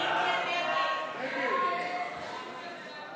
ההסתייגות (16)